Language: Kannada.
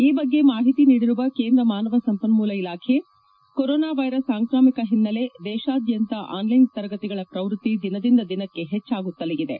ಈ ಬಗ್ಗೆ ಮಾಹಿತಿ ನೀಡಿರುವ ಕೇಂದ್ರ ಮಾನವ ಸಂಪನ್ಮೂಲ ಇಲಾಖೆ ಕೊರೊನಾ ವೈರಸ್ ಸಾಂಕ್ರಾಮಿಕ ಹಿನ್ನೆಲೆ ದೇಶಾದ್ಯಂತ ಆನ್ಸೈನ್ ತರಗತಿಗಳ ಶ್ರವೃತ್ತಿ ದಿನದಿಂದ ದಿನಕ್ಕೆ ಹೆಚ್ಚಾಗುತ್ತಲೇ ಇದೆ